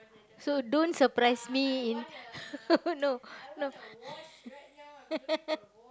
so don't surprise me in no no